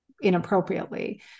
inappropriately